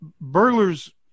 burglars